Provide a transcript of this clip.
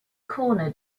corner